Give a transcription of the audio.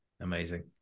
Amazing